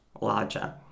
larger